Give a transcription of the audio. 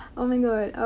oh my god.